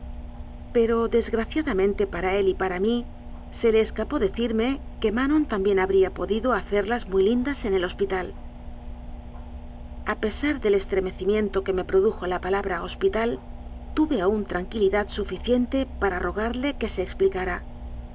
pero desgraciadamente para él y para mí se le escapó decirme que manon también habría podido hacer las muy lindas en el hospital a pesar del estre mecimiento que me produjo la palabra hospital tuve aún tranquilidad suficiente para rogarle que se explicara